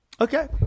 Okay